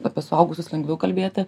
apie suaugusius lengviau kalbėti